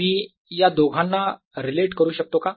मी या दोघांना रिलेट करू शकतो का